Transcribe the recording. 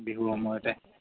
বিহুৰ সময়তে